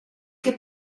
che